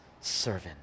servant